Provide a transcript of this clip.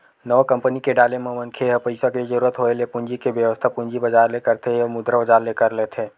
नवा कंपनी के डाले म मनखे ह पइसा के जरुरत होय ले पूंजी के बेवस्था पूंजी बजार ले करथे अउ मुद्रा बजार ले कर लेथे